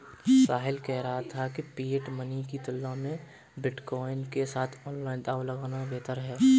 साहिल कह रहा था कि फिएट मनी की तुलना में बिटकॉइन के साथ ऑनलाइन दांव लगाना बेहतर हैं